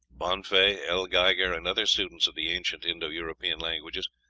bonfey, l. geiger, and other students of the ancient indo-european languages,